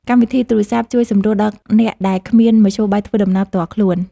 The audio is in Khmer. កម្មវិធីទូរសព្ទ ជួយសម្រួលដល់អ្នកដែលគ្មានមធ្យោបាយធ្វើដំណើរផ្ទាល់ខ្លួន។